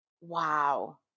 Wow